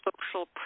social